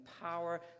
power